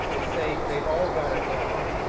is say, they've all got it wrong,